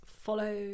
follow